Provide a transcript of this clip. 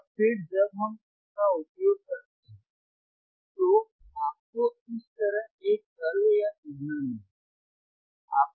और फिर जब हम इसका उपयोग करते हैं तो आपको इस तरह एक कर्व या सिग्नल मिलेगा